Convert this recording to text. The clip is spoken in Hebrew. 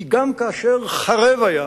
כי גם כאשר חרב היה,